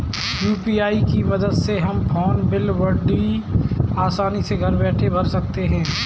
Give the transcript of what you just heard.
UPI की मदद से हम फ़ोन बिल बड़ी आसानी से घर बैठे भर सकते हैं